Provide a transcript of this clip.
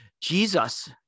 Jesus